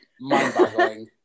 Mind-boggling